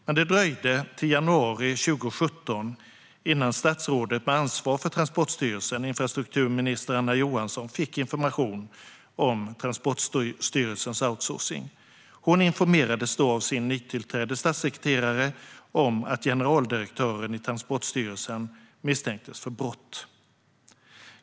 Men det dröjde till januari 2017 innan statsrådet med ansvar för Transportstyrelsen, infrastrukturminister Anna Johansson, fick information om Transportstyrelsens outsourcing. Hon informerades då av sin nytillträdde statssekreterare om att generaldirektören vid Transportstyrelsen misstänktes för brott.